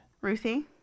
Ruthie